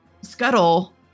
scuttle